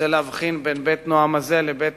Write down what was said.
צריך להבחין בין "בית נועם" הזה לבין "בית